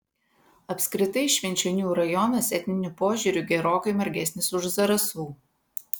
apskritai švenčionių rajonas etniniu požiūriu gerokai margesnis už zarasų